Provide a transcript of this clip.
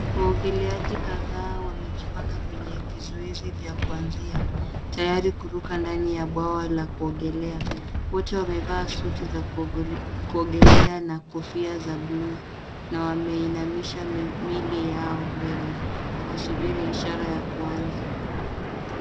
Waogeleaji kadhaa wamejipanga kwenye vizuizi vya kuanzia tayari kuruka katika bwawa la kuogelea. Wote wamevaa suti za kuogelea na kofia za buluu na wameinamisha miili yao mbele wakisubiri ishara ya kuanza.